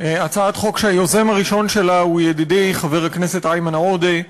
הצעת חוק שהיוזם הראשון שלה הוא ידידי חבר הכנסת איימן עודה,